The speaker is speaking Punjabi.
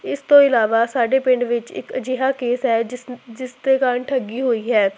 ਇਸ ਤੋਂ ਇਲਾਵਾ ਸਾਡੇ ਪਿੰਡ ਵਿੱਚ ਇੱਕ ਅਜਿਹਾ ਕੇਸ ਹੈ ਜਿਸ ਜਿਸ ਦੇ ਕਾਰਨ ਠੱਗੀ ਹੋਈ ਹੈ